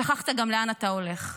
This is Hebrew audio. שכחת גם לאן אתה הולך.